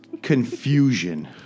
Confusion